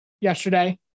yesterday